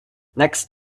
next